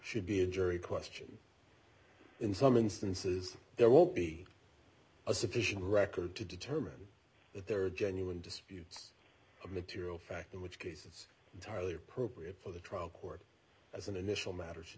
should be a jury question in some instances there won't be a sufficient record to determine if there are genuine disputes a material fact in which case it's entirely appropriate for the trial court as an initial matter